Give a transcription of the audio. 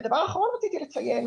ודבר אחרון שרציתי לציין,